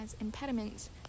impediments